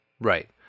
Right